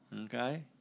Okay